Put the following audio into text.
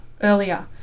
earlier